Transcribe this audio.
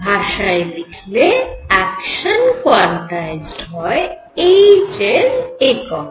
ভাষায় লিখলে action quantized হয় h এর এককে